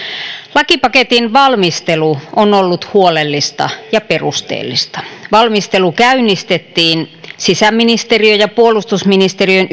lakipaketin valmistelu on ollut huolellista ja perusteellista valmistelu käynnistettiin sisäministeriön ja puolustusministeriön